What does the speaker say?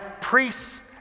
priests